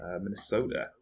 Minnesota